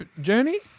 journey